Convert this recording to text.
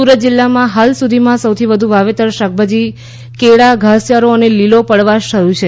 સુરત જિલ્લામાં હાલ સુધીમાં સૌથી વધુ વાવેતર શાકભાજી કેળા ધાસચારી અને લીલા પડવાશનું થયું છે